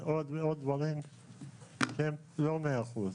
עוד דברים הם לא מאה אחוז,